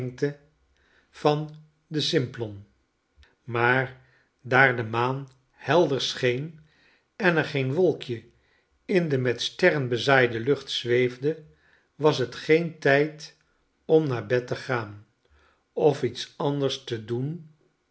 o n maar daar de maan helder scheen en er geen wolkje in de met sterren bezaaide lucht zweefde was het geen tijd om naar bed te gaan of iets anders te doen